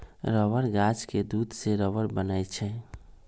rubber गाछ के दूध से रबर बनै छै